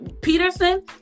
Peterson